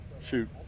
Shoot